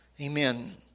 Amen